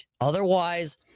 Otherwise